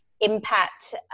impact